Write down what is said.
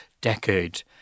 decade